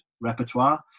repertoire